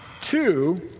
two